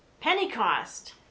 Pentecost